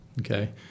Okay